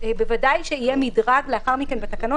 בוודאי יהיה מדרג לאחר מכן בתקנות,